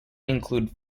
include